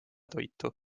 toitu